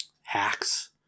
hacks